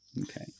Okay